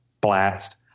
blast